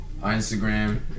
instagram